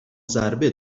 ضربه